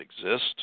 exist